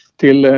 till